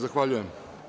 Zahvaljujem.